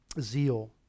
Zeal